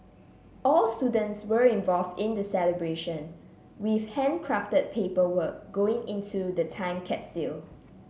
all students were involved in the celebration with handcrafted paperwork going into the time capsule